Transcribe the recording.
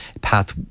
path